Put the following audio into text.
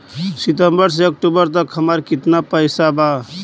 सितंबर से अक्टूबर तक हमार कितना पैसा बा?